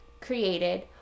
created